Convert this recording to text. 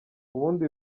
ubundi